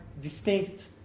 distinct